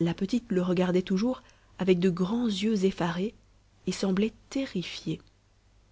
la petite le regardait toujours avec de grands yeux effarés et semblait terrifiée